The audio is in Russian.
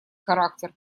характер